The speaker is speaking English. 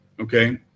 Okay